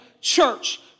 Church